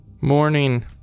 Morning